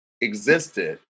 existed